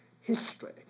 history